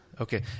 Okay